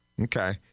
Okay